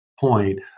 point